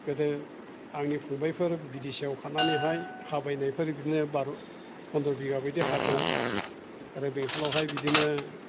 गोदो आंनि फंबायफोर बिदेसआव खारनानैहाय हा बायनायफोर बिदिनो बार' पन्द्र बिगा बिदिनो हा दं आरो बेंटलआवहाय बिदिनो